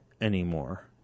anymore